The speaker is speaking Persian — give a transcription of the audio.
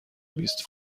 بیست